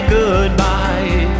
goodbye